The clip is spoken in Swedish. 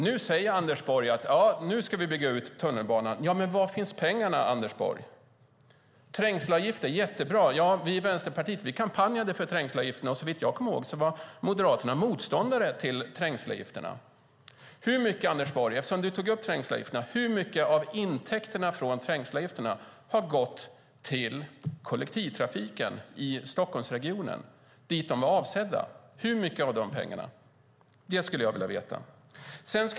Nu säger Anders Borg att vi ska bygga ut tunnelbanan. Var finns pengarna, Anders Borg? Trängselavgifter är jättebra. Vi i Vänsterpartiet kampanjade för trängselavgifterna, och såvitt jag kommer ihåg var Moderaterna motståndare till dem. Eftersom du tog upp trängselavgifterna, Anders Borg, undrar jag: Hur mycket av intäkterna från trängselavgifterna har gått till kollektivtrafiken i Stockholmsregionen, dit de ju var avsedda att gå? Det skulle jag vilja veta.